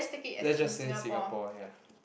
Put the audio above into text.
let's just say Singapore ya